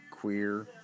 Queer